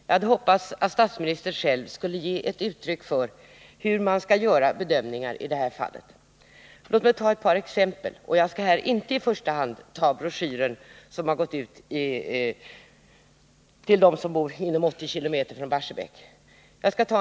Jag hade hoppats att statsministern själv skulle ge uttryck för hur man skall göra bedömningar i det här fallet. Låt mig ta ett par exempel — och jag skall här inte i första hand ta broschyren som har gått ut till dem som bor inom 80 km från Barsebäck.